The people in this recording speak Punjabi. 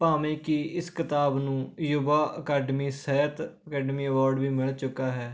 ਭਾਵੇਂ ਕਿ ਇਸ ਕਿਤਾਬ ਨੂੰ Yuva academy Sahitya academy award ਵੀ ਮਿਲ ਚੁੱਕਾ ਹੈ